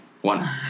One